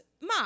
Ma